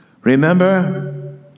Remember